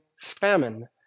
famine